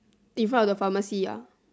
in front of the pharmacy ah